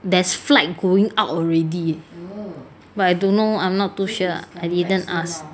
there's flight going out already but I don't know I'm not too sure I didn't ask